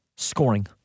Scoring